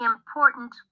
Important